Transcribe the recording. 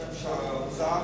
בשם שר האוצר,